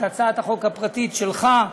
את הצעת החוק הפרטית שלך,